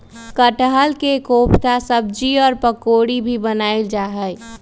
कटहल के कोफ्ता सब्जी और पकौड़ी भी बनावल जा हई